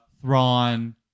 Thrawn